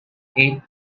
eight